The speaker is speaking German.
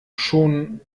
schon